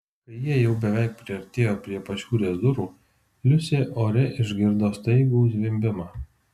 kai jie jau beveik priartėjo prie pašiūrės durų liusė ore išgirdo staigų zvimbimą